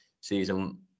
season